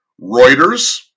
Reuters